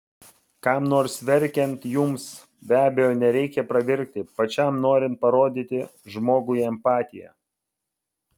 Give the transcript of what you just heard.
kam nors verkiant jums be abejo nereikia pravirkti pačiam norint parodyti žmogui empatiją